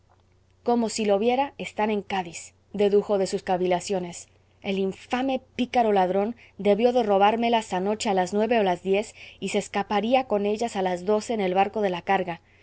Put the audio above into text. como si lo viera están en cádiz dedujo de sus cavilaciones el infame pícaro ladrón debió de robármelas anoche a las nueve o las diez y se escaparía con ellas a las doce en el barco de la carga